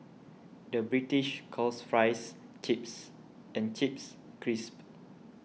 the British calls Fries Chips and Chips Crisps